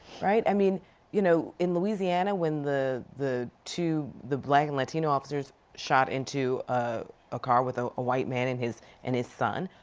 right? i mean you know louisiana when the the two the black and latino officers shot into ah a car with ah a white man and his and his son,